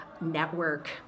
network